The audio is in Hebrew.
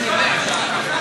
אז מה, זו סיבה להתנגד?